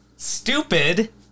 Stupid